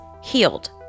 Healed